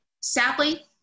sadly